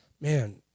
man